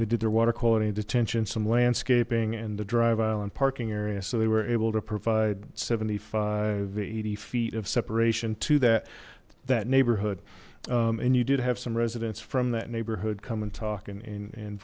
they did their water quality and detention some landscaping and the drive island parking area so they were able to provide seventy five eighty feet of separation to that that neighborhood and you did have some residents from that neighborhood come and talk and